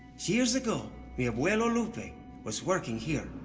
years ago mi abuelo lupe was working here.